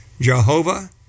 Jehovah